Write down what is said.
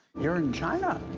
you're in china,